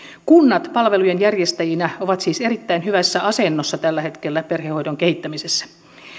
kunnat palvelujen järjestäjinä ovat siis erittäin hyvässä asennossa tällä hetkellä perhehoidon kehittämisessä